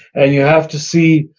and you have to see,